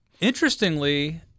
Interestingly